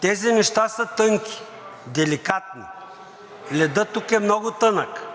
тези неща са тънки, деликатни, ледът тук е много тънък,